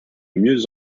mieux